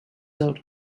out